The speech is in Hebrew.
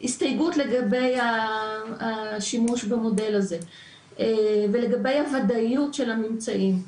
הסתייגות לגבי השימוש במודל הזה ולגבי הוודאיות של הממצאים.